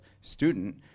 student